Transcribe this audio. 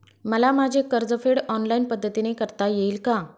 मला माझे कर्जफेड ऑनलाइन पद्धतीने करता येईल का?